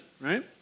Right